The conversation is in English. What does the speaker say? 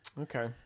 Okay